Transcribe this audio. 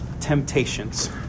temptations